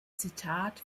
zitat